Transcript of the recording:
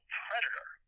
predator